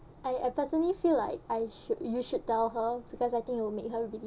I I personally feel like I should you should tell her because I think it'll make her really